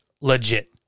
legit